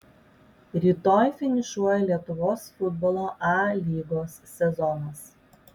rytoj finišuoja lietuvos futbolo a lygos sezonas